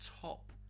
top